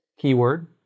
Keyword